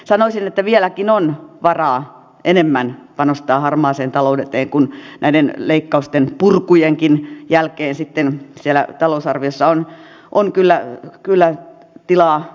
sanoisin että vieläkin on varaa enemmän panostaa harmaaseen talouteen kuin näiden leikkausten purkujenkin jälkeen siellä talousarviossa on kyllä tilaa